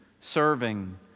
serving